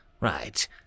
Right